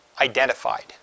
identified